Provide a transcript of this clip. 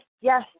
yes